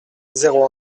zéro